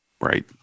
Right